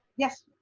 yes.